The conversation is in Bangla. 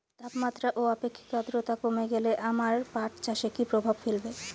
তাপমাত্রা ও আপেক্ষিক আদ্রর্তা কমে গেলে আমার পাট চাষে কী প্রভাব ফেলবে?